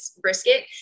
brisket